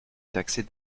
taxer